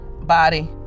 body